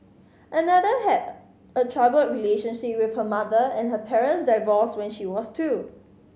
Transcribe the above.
another had a troubled relationship with her mother and her parents divorced when she was two